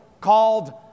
called